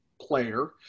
player